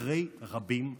אחרי רבים להטות.